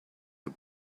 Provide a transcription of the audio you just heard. the